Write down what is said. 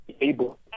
able